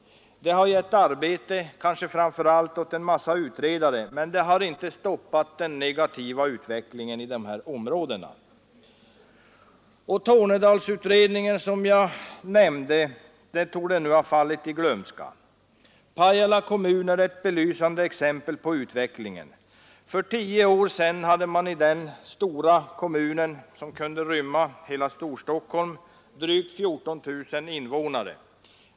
Det har gett arbete kanske framför allt åt en massa utredare, men det har inte stoppat den negativa utvecklingen i dessa områden. Den Tornedalsutredning jag nämnde torde nu ha fallit i glömska. Pajala kommun är ett belysande exempel på utvecklingen. För tio år sedan hade man i denna stora kommun som kunde rymma hela Storstockholm drygt 14 000 invånare.